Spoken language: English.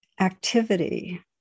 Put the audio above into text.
activity